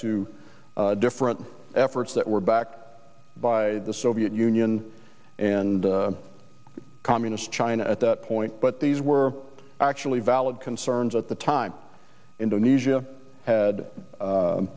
to different efforts that were backed by the soviet union and communist china at that point but these were actually valid concerns at the time indonesia had